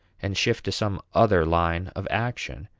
and shift to some other line of action.